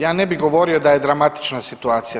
Ja ne bi govorio da je dramatična situacija.